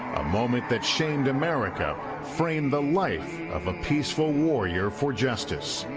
moment that changed america, framed the life of a peaceful warrior for justice.